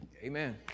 Amen